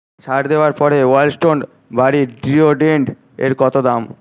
ছাড় দেওয়ার পরে ওয়াইল্ড স্টোন বডি ডিওডোরেন্ট এর কত দাম